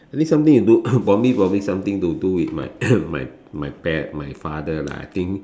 I think something to do for me probably something to do with my my my pare~ my father lah I think